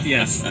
Yes